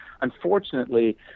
Unfortunately